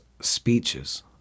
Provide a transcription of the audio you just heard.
speeches